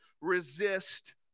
resist